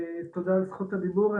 תודה על זכות הדיבור.